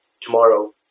tomorrow